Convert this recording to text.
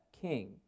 king